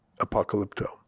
apocalypto